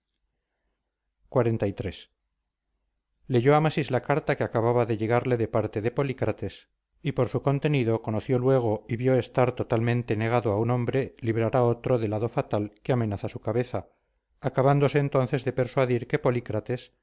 xliii leyó amasis la carta que acababa de llegarle de parte de polícrates y por su contenido conoció luego y vio estar totalmente negado a un hombre librar a otro del hado fatal que amenaza su cabeza acabándose entonces de persuadir que polícrates en